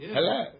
Hello